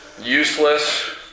useless